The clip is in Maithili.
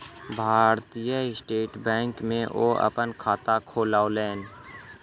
भारतीय स्टेट बैंक में ओ अपन खाता खोलौलेन